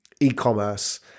e-commerce